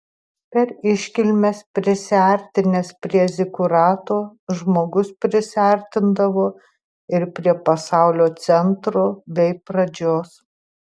per iškilmes prisiartinęs prie zikurato žmogus prisiartindavo ir prie pasaulio centro bei pradžios